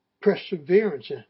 Perseverance